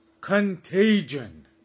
contagion